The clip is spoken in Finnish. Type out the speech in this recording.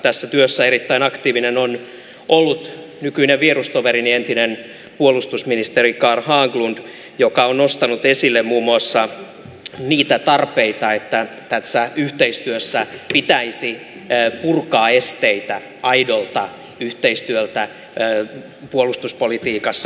tässä työssä erittäin aktiivinen on ollut nykyinen vierustoverini entinen puolustusministeri carl haglund joka on nostanut esille muun muassa niitä tarpeita että tässä yhteistyössä pitäisi purkaa esteitä aidolta yhteistyöltä puolustuspolitiikassa